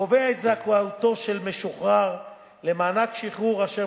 קובע את זכאותו של משוחרר למענק שחרור אשר